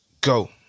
go